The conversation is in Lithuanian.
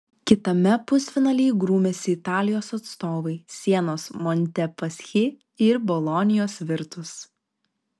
kitame pusfinalyje grūmėsi italijos atstovai sienos montepaschi ir bolonijos virtus